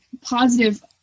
positive